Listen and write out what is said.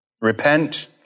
Repent